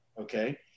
Okay